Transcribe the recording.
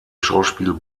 schauspiel